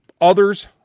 others